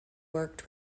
worked